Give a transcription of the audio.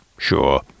sure